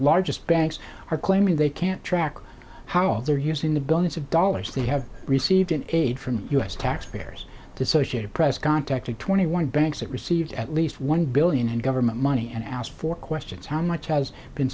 largest banks are claiming they can't track how they're using the billions of dollars they have received in aid from u s taxpayers dissociated press contacted twenty one banks that received at least one billion in government money and asked for questions how much has been